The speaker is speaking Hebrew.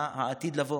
מה העתיד לבוא